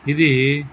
ఇది